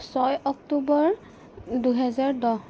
ছয় অক্টোবৰ দুহেজাৰ দহ